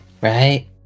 right